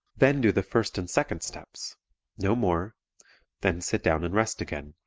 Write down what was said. then do the first and second steps no more then sit down and rest again.